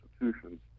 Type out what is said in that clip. institutions